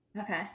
Okay